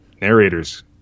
narrator's